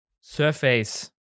surface